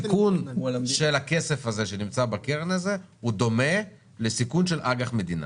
הסיכון של הכסף הזה שנמצא בקרן הזו הוא דומה לסיכון של אג"ח מדינה.